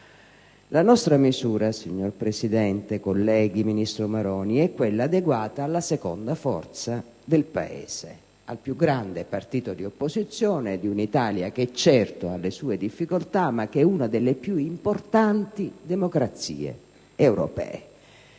La nostra misura, signor Presidente, colleghi, ministro Maroni, è quella adeguata alla seconda forza politica del Paese, al più grande partito di opposizione di un'Italia che certo ha le sue difficoltà ma che è una delle più importanti democrazie europee.